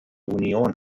union